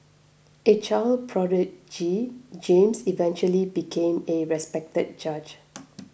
a child prodigy James eventually became a respected judge